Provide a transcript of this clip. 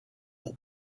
pour